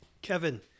Kevin